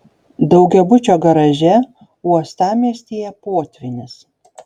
daugiabučio garaže uostamiestyje potvynis